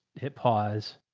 hit pause,